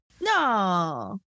No